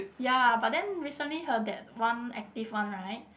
ya but then recently her that one active one right